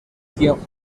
quien